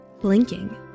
Blinking